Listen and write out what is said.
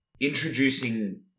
introducing